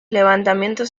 levantamientos